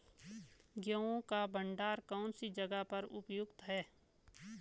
गेहूँ का भंडारण कौन सी जगह पर उपयुक्त है?